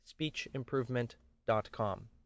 speechimprovement.com